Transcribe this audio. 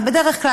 ובדרך כלל,